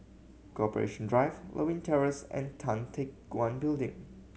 Corporation Drive Lewin Terrace and Tan Teck Guan Building